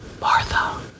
Martha